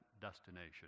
destination